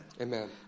Amen